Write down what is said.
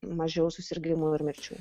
mažiau susirgimų ir mirčių